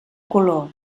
color